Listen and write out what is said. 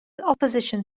opposition